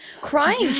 crying